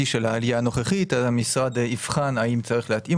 התעסוקתי של העלייה הנוכחית המשרד יבחן האם צריך להתאים